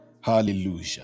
hallelujah